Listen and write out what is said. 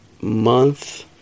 month